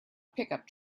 pickup